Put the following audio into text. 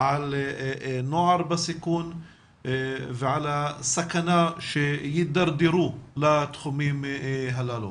על נוער בסיכון ועל הסכנה שיתדרדרו לתחומים הללו.